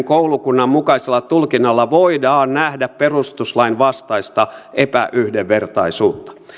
koulukunnan mukaisella tulkinnalla voidaan nähdä perustuslain vastaista epäyhdenvertaisuutta